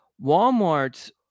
walmart's